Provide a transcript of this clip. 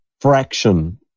fraction